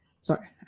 sorry